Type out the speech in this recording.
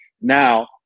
Now